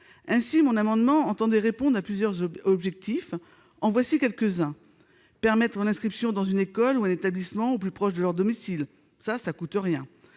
Ainsi, mon amendement entendait répondre à plusieurs objectifs. J'en citerai quelques-uns : permettre l'inscription dans une école ou un établissement au plus proche de leur domicile, ce qui ne coûte rien